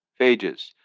phages